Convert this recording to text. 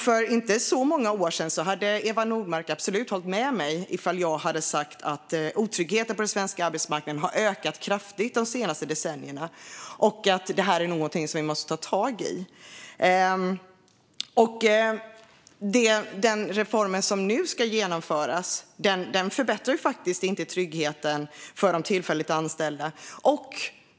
För inte så många år sedan hade Eva Nordmark absolut hållit med mig om jag hade sagt att otryggheten på den svenska arbetsmarknaden har ökat kraftigt de senaste decennierna. Det är något som vi måste ta tag i. Den reform som nu ska genomföras förbättrar faktiskt inte tryggheten för de tillfälligt anställda.